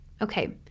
Okay